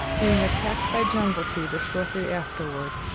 being attacked by jungle fever shortly afterward,